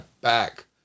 back